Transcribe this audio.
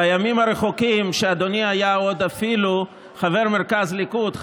בימים הרחוקים שאדוני היה עוד אפילו חבר מרכז ליכוד.